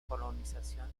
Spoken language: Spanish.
colonización